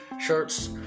Shirts